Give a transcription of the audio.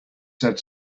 said